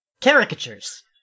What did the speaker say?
Caricatures